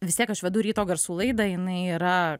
vis tiek aš vedu ryto garsų laidą jinai yra